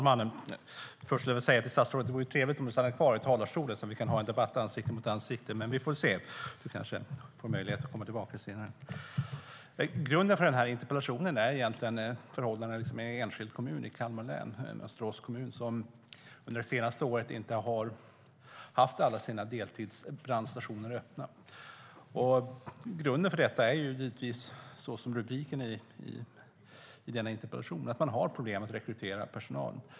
Herr talman! Grunden för den här interpellationen är förhållandena i en enskild kommun i Kalmar län, Mönsterås kommun, som under de senaste året inte har haft alla sina deltidsbrandstationer öppna. Det beror på givetvis på att man har problem med att rekrytera personal.